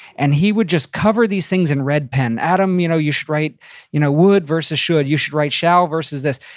and he would just cover these things in red pen. adam, you know you should write you know would versus should. you should write shall versus this.